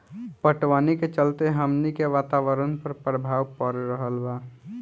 पटवनी के चलते हमनी के वातावरण पर प्रभाव पड़ रहल बा